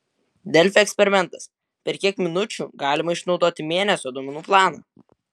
delfi eksperimentas per kiek minučių galima išnaudoti mėnesio duomenų planą